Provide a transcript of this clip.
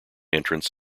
entrance